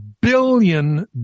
billion